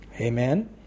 Amen